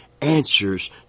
answers